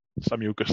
samuel